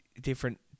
different